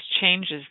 changes